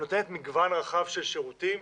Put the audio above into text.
נותן מגוון רחב של שירותים,